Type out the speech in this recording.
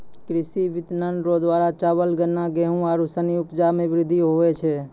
कृषि विपणन रो द्वारा चावल, गन्ना, गेहू आरू सनी उपजा मे वृद्धि हुवै छै